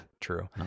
True